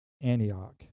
Antioch